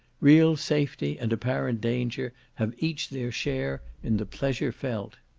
real safety and apparent danger have each their share in the pleasure felt.